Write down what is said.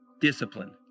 discipline